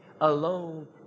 alone